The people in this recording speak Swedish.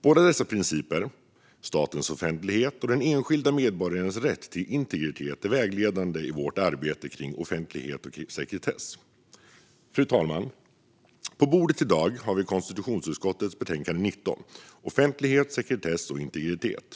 Båda dessa principer, statens offentlighet och den enskilde medborgarens rätt till integritet, är vägledande i vårt arbete med offentlighet och sekretess. Fru talman! På bordet i dag har vi konstitutionsutskottets betänkande 19, Offentlighet, sekretess och integritet .